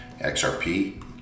xrp